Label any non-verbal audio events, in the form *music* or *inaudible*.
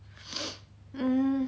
*noise* mm